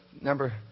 number